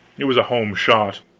it was a home shot,